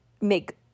make